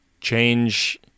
change